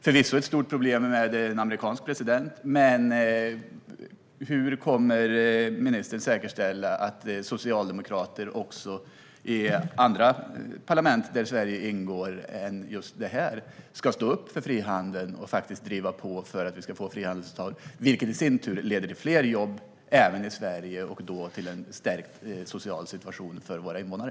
Förvisso är den amerikanske presidenten ett stort problem, men hur kommer ministern att säkerställa hur socialdemokrater också i andra parlament där Sverige är representerat ska stå upp för frihandeln och driva på för att vi ska få dessa avtal, vilka i sin tur leder till fler jobb även i Sverige och därmed också till en stärkt social situation för våra invånare?